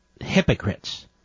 hypocrites